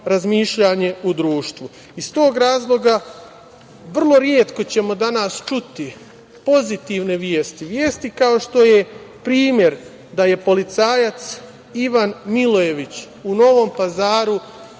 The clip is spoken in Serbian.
razmišljanje u društvu. Iz tog razloga vrlo retko ćemo danas čuti pozitivne vesti, vesti kao što je primer da je policajac Ivan Milojević u Novom Pazaru